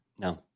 No